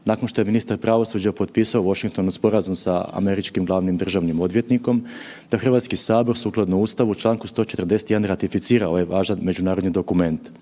nakon što je ministar pravosuđa potpisao u Washingtonu sporazum sa američkim glavnim državnim odvjetnikom, da Hrvatski sabor sukladno Ustavu u čl. 141. ratificira ovaj važan međunarodni dokument.